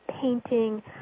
painting